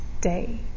day